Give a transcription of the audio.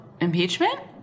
Impeachment